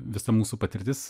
visa mūsų patirtis